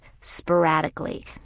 sporadically